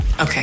Okay